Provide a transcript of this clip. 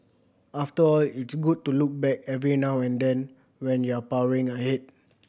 after all it's good to look back every now and then when you're powering ahead